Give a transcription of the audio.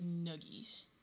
nuggies